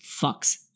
fucks